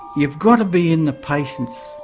you've got to be in the patient's